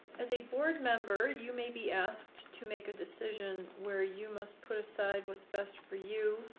as a board member, you may be asked to make a decision where you must put aside what's best for you,